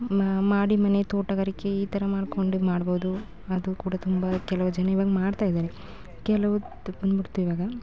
ಮಾಡಿ ಮನೆ ತೋಟಗಾರಿಕೆ ಈ ಥರ ಮಾಡ್ಕೊಂಡು ಮಾಡ್ಬೋದು ಅದು ಕೂಡ ತುಂಬ ಕೆಲವು ಜನ ಇವಾಗ ಮಾಡ್ತಾಯಿದ್ದಾರೆ ಕೆಲವು ಇವಾಗ